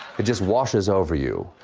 it just washes over you.